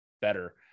better